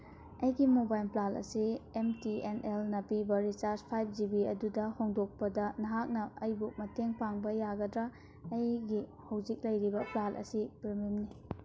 ꯑꯩꯒꯤ mobile plan ꯑꯁꯤ M T N ꯑꯦꯜꯅ ꯄꯤꯕ ꯔꯤꯆꯥꯔꯖ ꯐꯥꯏꯚ ꯖꯤ ꯕꯤ ꯑꯗꯨꯗ ꯍꯣꯡꯗꯣꯛꯄꯗ ꯅꯍꯥꯛꯅ ꯑꯩꯕꯨ ꯃꯇꯦꯡ ꯄꯥꯡꯕ ꯌꯥꯒꯗ꯭ꯔ ꯑꯩꯒꯤ ꯍꯧꯖꯤꯛ ꯂꯩꯔꯤꯕ ꯄ꯭ꯂꯥꯟ ꯑꯁꯤ ꯄ꯭ꯔꯤꯃꯤꯌꯝꯅꯤ